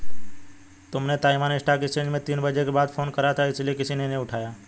तुमने Taiwan stock exchange में तीन बजे के बाद फोन करा था इसीलिए किसी ने उठाया नहीं